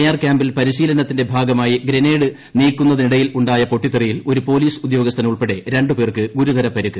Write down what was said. R ക്യാമ്പിൽ പരിശീലനത്തിന്റെ ഭാഗമായി ഗ്രനേഡ് നീക്കുന്നതിനിടയിൽ പൊട്ടിത്തെറിയുണ്ടായി ഒരു പൊലീസ് ഉദ്യോസ്ഥൻ ഉൾപ്പെടെ രണ്ട് പേർക്ക് ഗുരുതര പരിക്ക്